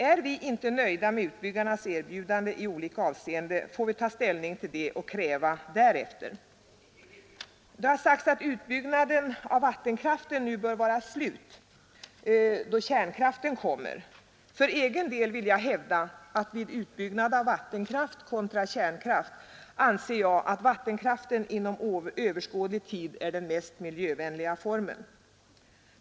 Är vi inte nöjda med utbyggarnas erbjudande i olika avseenden, får vi ta ställning till det och ör bygdens folk när det gäller deras kräva därefter. Det har sagts att utbyggnaden av vattenkraft nu bör vara slut, då kärnkraften kommer. För egen del vill jag hävda att utbyggnad av vattenkraft under överskådlig tid kommer att vara den mest miljövänliga formen.